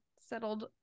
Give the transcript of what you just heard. settled